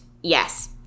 yes